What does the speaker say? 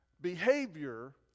behavior